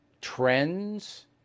trends